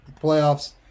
Playoffs